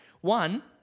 One